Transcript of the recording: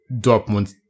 Dortmund